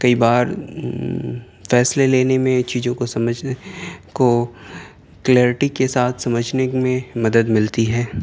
کئی بار فیصلے لینے میں چیزوں کو سمجھنے کو کلیریٹی کے ساتھ سمجھنے میں مدد ملتی ہے